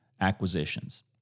acquisitions